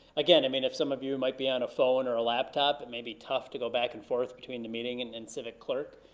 again, i mean some of you might be on a phone or a laptop, it may be tough to go back and forth between the meeting and and civic clerk.